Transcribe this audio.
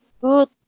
good